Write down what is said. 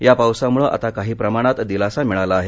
या पावसामुळे आता काही प्रमाणात दिलासा मिळाला आहे